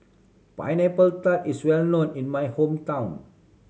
Pineapple Tart is well known in my hometown